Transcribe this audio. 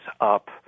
up